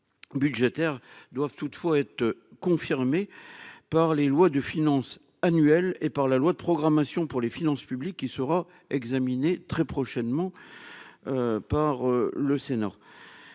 budgétaires doivent toutefois être confirmées par les lois de finances annuelles et par la loi de programmation des finances publiques qui sera examinée très prochainement par le Sénat.